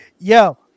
Yo